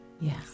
Yes